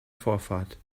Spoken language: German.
vorfahrt